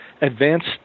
advanced